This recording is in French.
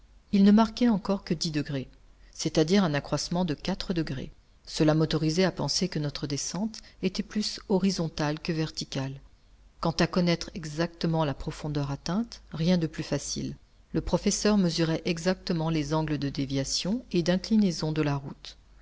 il ne marquait encore que c'est-à-dire un accroissement de cela m'autorisait à penser que notre descente était plus horizontale que verticale quant à connaître exactement la profondeur atteinte rien de plus facile le professeur mesurait exactement les angles de déviation et d'inclinaison de la route